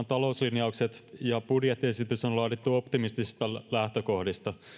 talouslinjaukset ja budjettiesitys on laadittu optimistisista lähtökohdista